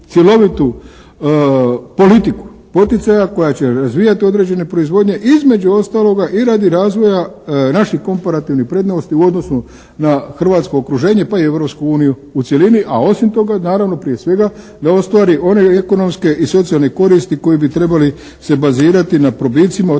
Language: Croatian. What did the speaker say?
politiku poticaja koja će razvijat određene proizvodnje. Između ostaloga i radi razvoja naših komparativnih prednosti u odnosu na hrvatsko okruženje pa i Europsku uniju u cjelini. A osim toga naravno, prije svega da ostvari one ekonomske i socijalne koristi koji bi trebali se bazirati na probicima otvaranja